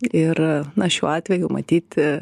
ir na šiuo atveju matyt